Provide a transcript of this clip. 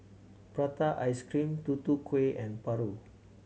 prata ice cream Tutu Kueh and paru